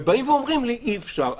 ואומרים לי אי אפשר.